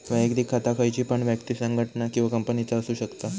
वैयक्तिक खाता खयची पण व्यक्ति, संगठना किंवा कंपनीचा असु शकता